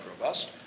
robust